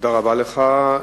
תודה לך.